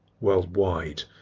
worldwide